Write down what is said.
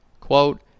Quote